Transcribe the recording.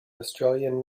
australian